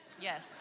Yes